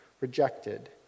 rejected